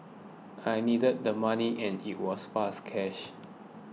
I needed the money and it was fast cash